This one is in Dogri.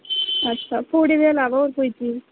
अच्छा घोड़े दे अलावा होर कोई चीज